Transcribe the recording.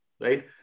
right